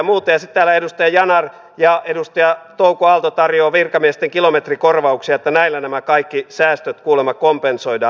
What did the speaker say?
sitten täällä edustaja yanar ja edustaja touko aalto tarjoavat virkamiesten kilometrikorvauksia että näillä nämä kaikki säästöt kuulemma kompensoidaan